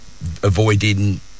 avoiding